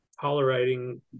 tolerating